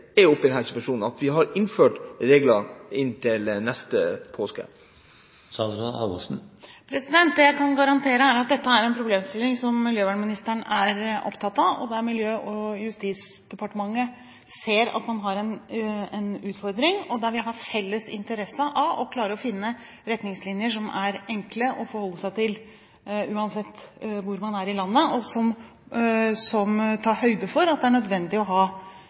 dette er en problemstilling som miljøvernministeren er opptatt av. Miljøverndepartementet og Justisdepartementet ser at man har en utfordring, og vi har felles interesse av å finne retningslinjer som er enkle å forholde seg til uansett hvor man er i landet, og som tar høyde for at det er nødvendig å ha